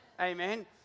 amen